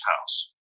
house